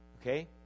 Okay